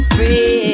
Free